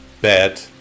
Bad